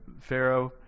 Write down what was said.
Pharaoh